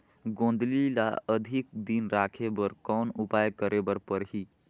गोंदली ल अधिक दिन राखे बर कौन उपाय करे बर लगही?